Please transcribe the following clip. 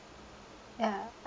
ya I